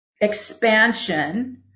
expansion